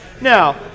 Now